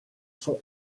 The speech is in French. sont